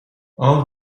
all